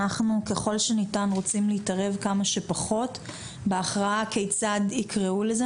אנחנו ככל שניתן רוצים להתערב כמה שפחות בהכרעה כיצד יקראו לזה,